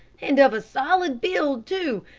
and of a solid build, too.